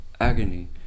agony